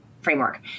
framework